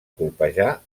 colpejar